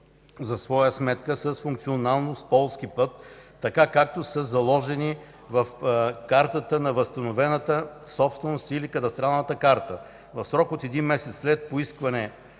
за своя сметка с функционалност полски път, така както са заложени в картата на възстановената собственост или кадастралната карта, в срок от един месец, след поискване